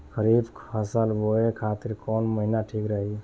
खरिफ फसल बोए खातिर कवन महीना ठीक रही?